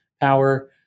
Power